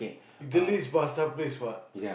you can list pasta paste what